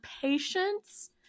patience